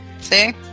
See